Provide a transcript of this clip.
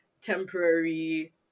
temporary